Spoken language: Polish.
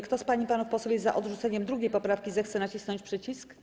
Kto z pań i panów posłów jest za odrzuceniem 2. poprawki, zechce nacisnąć przycisk.